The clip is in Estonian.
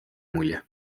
mulje